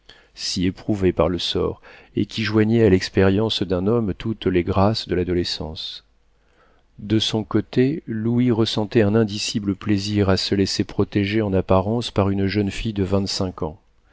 si éprouvé par le sort et qui joignait à l'expérience d'un homme toutes les grâces de l'adolescence de son côté louis ressentait un indicible plaisir à se laisser protéger en apparence par une jeune fille de vingt-cinq ans